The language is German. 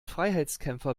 freiheitskämpfer